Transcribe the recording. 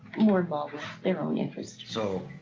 more involved with their own interest. so,